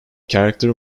character